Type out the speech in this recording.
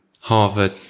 Harvard